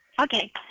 okay